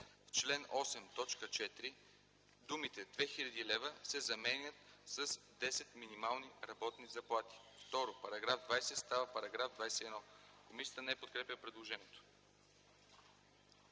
чл. 8, т. 4 думите „2000 лв.” се заменят с „10 минимални работни заплати”. 2. Параграф 20 става § 21.” Комисията не подкрепя предложението.